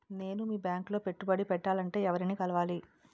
నేను మీ బ్యాంక్ లో పెట్టుబడి పెట్టాలంటే ఎవరిని కలవాలి?